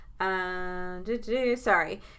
Sorry